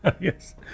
Yes